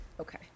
Okay